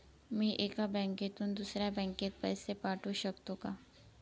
मी एका बँकेतून दुसऱ्या बँकेत पैसे पाठवू शकतो का?